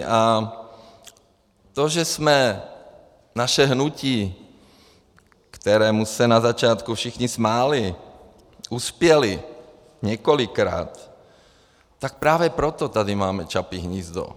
A to, že jsme naše hnutí, kterému se na začátku všichni smáli, uspěli, několikrát, tak právě proto tady máme Čapí hnízdo.